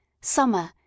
summer